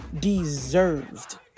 deserved